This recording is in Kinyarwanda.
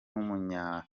w’umunya